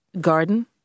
garden